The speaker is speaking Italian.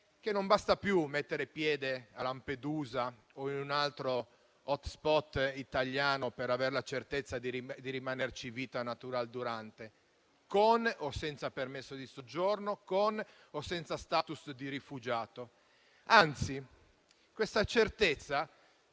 che non basta più mettere piede a Lampedusa o in un altro *hotspot* italiano per avere la certezza di rimanerci vita natural durante, con o senza permesso di soggiorno, con o senza *status* di rifugiato. Anzi, questa certezza